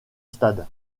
stade